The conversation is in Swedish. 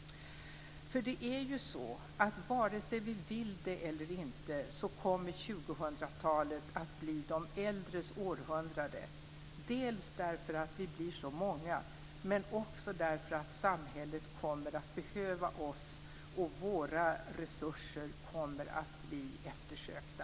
Det är ju så att vare sig vi vill det eller inte kommer 2000-talet att bli de äldres århundrade, dels därför att vi blir så många, dels därför att samhället kommer att behöva oss. Våra resurser kommer att bli eftersökta.